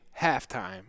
halftime